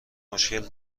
مشکل